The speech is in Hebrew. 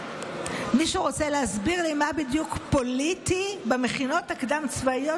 מישהו רוצה להסביר לי מה בדיוק פוליטי במכינות הקדם-צבאיות?